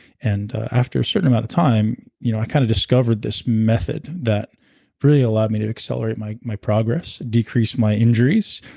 and after a certain amount of time, you know i kind of discovered this method that really allowed me to accelerate my my progress, decrease my injuries,